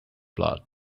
blood